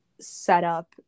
setup